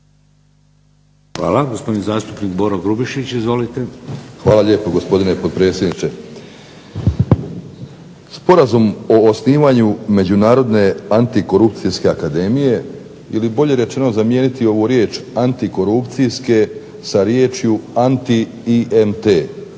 Hvala. Gospodin zastupnik Boro Grubišić izvolite. **Grubišić, Boro (HDSSB)** Hvala lijepo gospodine potpredsjedniče. Sporazum o osnivanju Međunarodne antikorupcijske akademije ili bolje rečeno zamijeniti ovu riječ antikorupcijske sa riječju ANTIIMT,